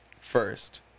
first